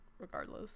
regardless